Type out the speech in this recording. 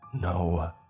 No